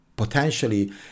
Potentially